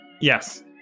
Yes